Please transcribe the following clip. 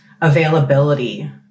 availability